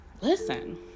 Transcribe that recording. listen